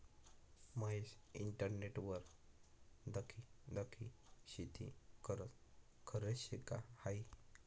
महेश इंटरनेटवर दखी दखी शेती करस? खरं शे का हायी